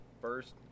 first